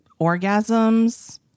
orgasms